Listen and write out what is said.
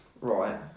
Right